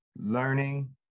learning